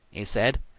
he said,